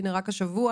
רק השבוע